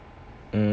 mmhmm